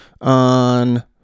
on